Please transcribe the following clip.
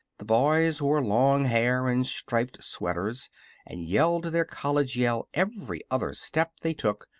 the boys wore long hair and striped sweaters and yelled their college yell every other step they took,